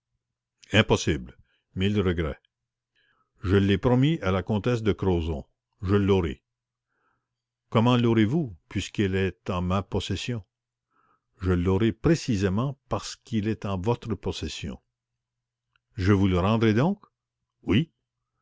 le faut je l'ai promis à la comtesse de crozon je l'aurai comment laurez vous puisqu'il est en ma possession je l'aurai précisément parce qu'il est en votre possession je vous le rendrai donc